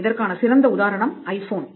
இதற்கான சிறந்த உதாரணம் ஐபோன்